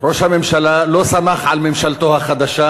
ראש הממשלה לא סמך על ממשלתו החדשה,